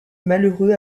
malheureux